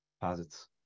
posits